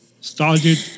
started